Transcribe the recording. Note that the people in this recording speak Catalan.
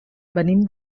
venim